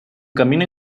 camino